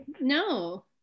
no